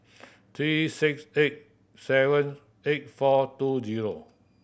three six eight seven eight four two zero